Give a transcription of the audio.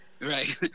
right